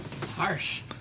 Harsh